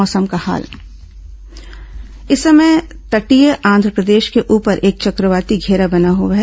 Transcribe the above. मौसम इस समय तटीय आंध्रप्रदेश के ऊपर एक चक्रवाती घेरा बना हुआ है